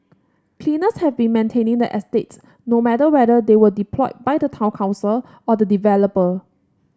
cleaners have been maintaining the estate no matter whether they were deployed by the town council or the developer